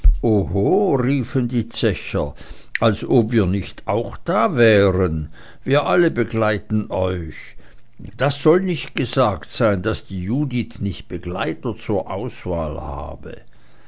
die zecher als ob wir nicht auch da wären wir alle begleiten euch das soll nicht gesagt sein daß die judith nicht begleiter zur auswahl habe